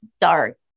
dark